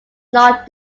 not